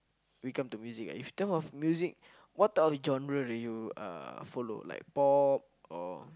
we come to music right in term of music what type of genre do you uh follow like pop or